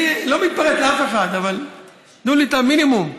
אני לא מתפרץ לאף אחד, אבל תנו לי את המינימום.